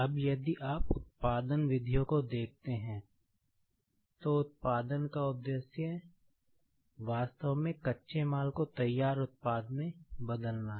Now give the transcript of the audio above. अब यदि आप उत्पादन विधियों को देखते हैं तो उत्पादन का उद्देश्य वास्तव में कच्चे माल को तैयार उत्पाद में बदलना है